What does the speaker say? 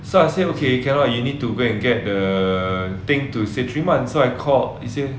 so I said okay cannot you need to go and get the thing to say three months so I called it said